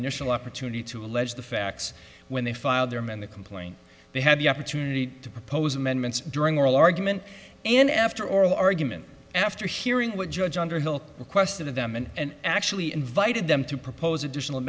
initial opportunity to allege the facts when they filed their man the complaint they had the opportunity to propose amendments during oral argument and after oral argument after hearing what judge underhill requested of them and actually invited them to propose additional